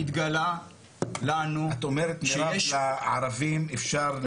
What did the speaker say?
את אומרת מירב לערבים אפשר לשים אותם באוהלים?